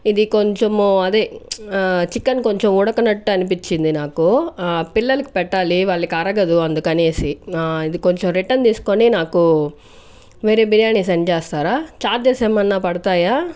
ఇది కొంచెం అదే చికెన్ కొంచెం ఉడకనట్టు అనిపించింది నాకు పిల్లలకు పెట్టాలి వాళ్ళకి అరగదు అందుకనేసి ఇది కొంచెం రిటర్న్ తీసుకొని నాకు వేరే బిర్యాని సెండ్ చేస్తారా చార్జెస్ ఏమైనా పడతాయా